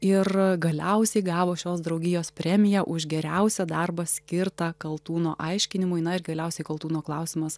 ir galiausiai gavo šios draugijos premiją už geriausią darbą skirtą kaltūno aiškinimui na ir galiausiai kaltūno klausimas